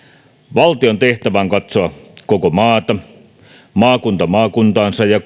valtion tehtävä on katsoa koko maata maakunnan maakuntaansa ja